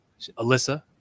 Alyssa